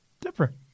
different